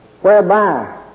whereby